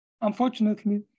Unfortunately